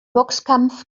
boxkampf